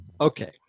okay